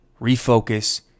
refocus